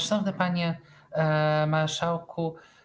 Szanowny Panie Marszałku!